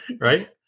Right